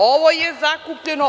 Ovo je zakupljeno.